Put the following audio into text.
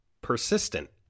persistent